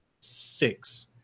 six